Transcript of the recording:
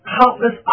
countless